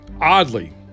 oddly